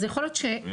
אז יכול להיות שלא